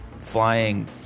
flying